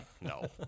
no